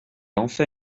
enfin